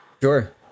Sure